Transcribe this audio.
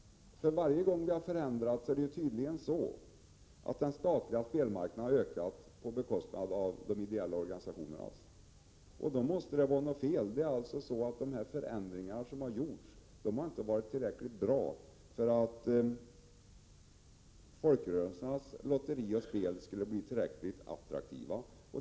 Varje gång det har skett en förändring har den statliga spelmarknaden ökat på bekostnad av de ideella organisationernas. Då måste det vara något fel. De förändringar som gjorts har inte varit tillräckligt bra för att folkrörelsernas lotterier och spel skulle bli tillräckligt attraktiva.